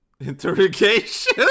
Interrogation